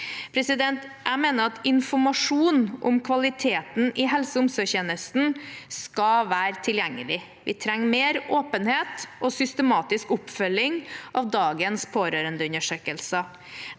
Jeg mener at informasjon om kvaliteten i helse- og omsorgstjenesten skal være tilgjengelig. Vi trenger mer åpenhet og systematisk oppfølging av dagens pårørendeundersøkelser.